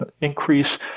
increase